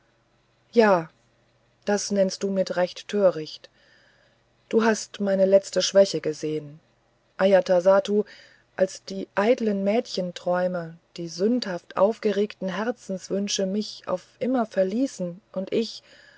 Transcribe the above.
ja das nennst du mit recht töricht du hast meine letzte schwäche gesehen ajatasattu als die eitlen mädchenträume die sündhaft aufgeregten herzenswünsche mich auf immer verließen und ich